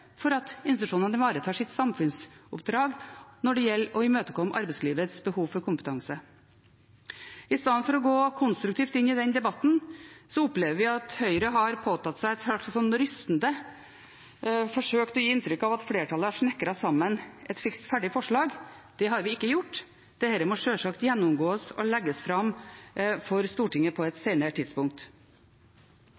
for at institusjonene ivaretar sitt samfunnsoppdrag når det gjelder å imøtekomme arbeidslivets behov for kompetanse. I stedet for å gå konstruktivt inn i den debatten, opplever vi at Høyre litt rystet har forsøkt å gi inntrykk av at flertallet har snekret sammen et fiks ferdig forslag. Det har vi ikke gjort, dette må sjølsagt gjennomgås og legges fram for Stortinget på et